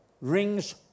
rings